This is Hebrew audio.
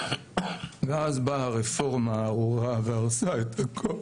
ואז באה הרפורמה הארורה, והרסה את הכול.